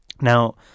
Now